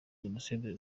jenoside